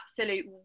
absolute